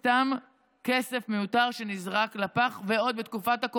אתה תתמוך בחוק הזה,